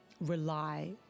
rely